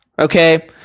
Okay